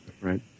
right